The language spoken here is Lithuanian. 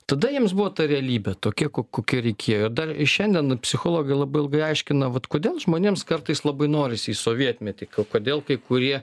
tada jiems buvo ta realybė tokia ko kokia reikėjo dar ir šiandien psichologai labai ilgai aiškina vat kodėl žmonėms kartais labai norisi į sovietmetį kodėl kai kurie